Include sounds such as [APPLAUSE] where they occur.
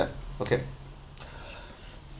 ya okay [BREATH]